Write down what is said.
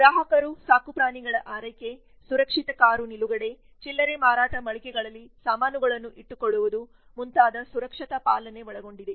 ಗ್ರಾಹಕರ ಸಾಕುಪ್ರಾಣಿಗಳ ಆರೈಕೆ ಸುರಕ್ಷಿತ ಕಾರು ನಿಲುಗಡೆ ಚಿಲ್ಲರೆ ಮಾರಾಟ ಮಳಿಗೆಗಳಲ್ಲಿ ಸಾಮಾನುಗಳನ್ನು ಇಟ್ಟುಕೊಳ್ಳುವುದು ಮುಂತಾದ ಸುರಕ್ಷತಾ ಪಾಲನೆ ಒಳಗೊಂಡಿದೆ